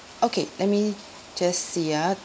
okay let me just see ah